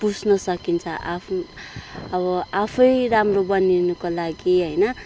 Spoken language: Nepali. बुझ्न सकिन्छ आफू अब आफै राम्रो बनिनुको लागि होइन